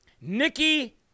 Nikki